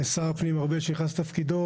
שר הפנים ארבל שנכנס לתפקידו,